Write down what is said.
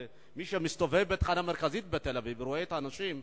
ומי שמסתובב בתחנה המרכזית בתל-אביב ורואה את האנשים,